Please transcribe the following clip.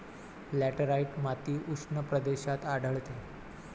laterite माती उष्ण प्रदेशात आढळते